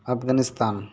Afghanistan